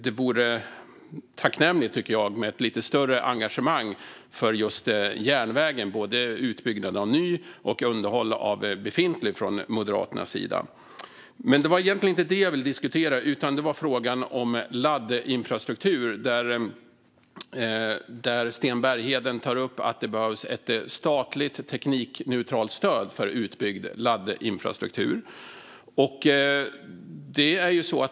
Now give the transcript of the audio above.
Det vore tacknämligt med ett lite större engagemang från Moderaterna för just järnvägen vad gäller både utbyggnad av ny och underhåll av befintlig. Det var dock inte detta utan laddinfrastruktur som jag ville diskutera. Sten Bergheden tar upp att det behövs ett statligt teknikneutralt stöd för utbyggd laddinfrastruktur.